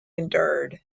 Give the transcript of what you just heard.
endured